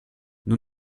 nous